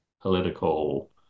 political